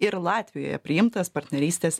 ir latvijoje priimtas partnerystės